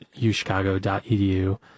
uchicago.edu